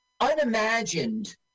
unimagined